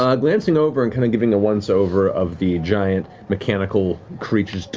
um glancing over and kind of giving a once over of the giant mechanical creature